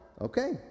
okay